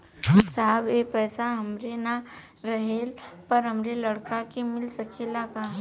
साहब ए पैसा हमरे ना रहले पर हमरे लड़का के मिल सकेला का?